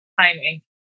timing